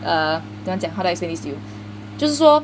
uh 怎么样讲 how do I say this to you 就是说